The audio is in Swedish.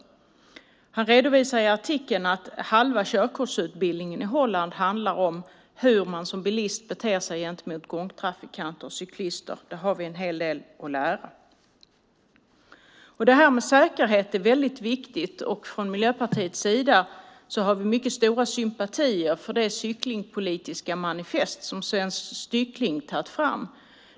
I artikeln berättas att i Holland handlar halva körkortsutbildningen om hur man som bilist beter sig gentemot gångtrafikanter och cyklister. Säkerhet är väldigt viktigt. Miljöpartiet har stora sympatier för det cykelpolitiska manifest som Svensk Cykling har tagit fram.